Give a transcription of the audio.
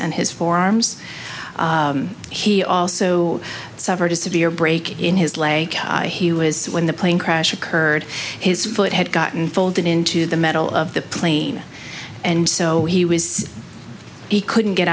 and his forearms he also suffered a severe break in his leg he was when the plane crash occurred his foot had gotten folded into the metal of the plane and so he was he couldn't get